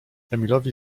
emilowi